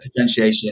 potentiation